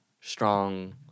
strong